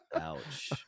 ouch